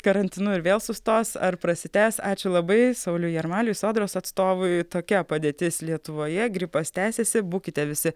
karantinu ir vėl sustos ar prasitęs ačiū labai sauliui jarmaliui sodros atstovui tokia padėtis lietuvoje gripas tęsiasi būkite visi